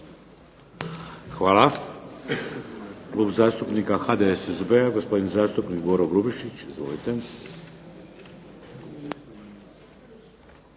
Hvala. Klub zastupnika HDSSB-a, gospodin zastupnik Boro Grubišić. Izvolite.